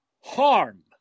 harm